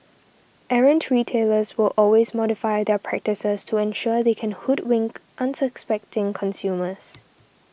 errant retailers will always modify their practices to ensure they can hoodwink unsuspecting consumers